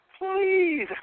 Please